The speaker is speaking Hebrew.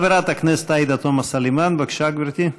חברת הכנסת עאידה תומא סלימאן, בבקשה, גברתי.